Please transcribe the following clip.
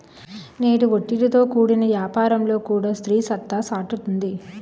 నేడు ఒత్తిడితో కూడిన యాపారంలో కూడా స్త్రీ సత్తా సాటుతుంది